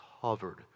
hovered